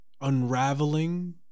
unraveling